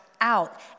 out